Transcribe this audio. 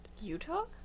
Utah